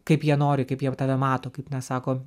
kaip jie nori kaip jie va tave mato kaip na sako